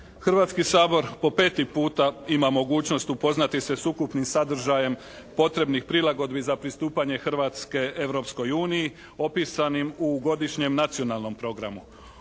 Hrvatski sabor po peti puta ima mogućnost upoznati se s ukupnim sadržajem potrebnih prilagodbi za pristupanje Hrvatske Europskoj uniji opisanim u Godišnjem nacionalnom programu.